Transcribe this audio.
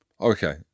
Okay